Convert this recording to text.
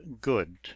good